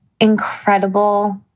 incredible